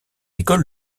école